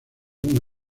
aun